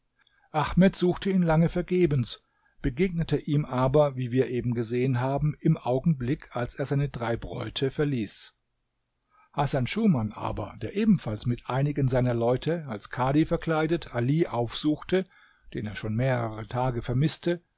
ahmed suchte ihn lange vergebens begegnete ihm aber wie wir eben gesehen haben im augenblick als er seine drei bräute verließ hasan schuman aber der ebenfalls mit einigen seiner leute als kadhi verkleidet ali aufsuchte den er schon mehrere tage vermißte